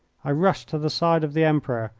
i rushed to the side of the emperor,